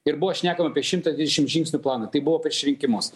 ir buvo šnekama apie šimtą dvidešim žingsnių planą tai buvo prieš rinkimus